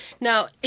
Now